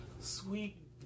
sweet